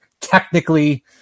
technically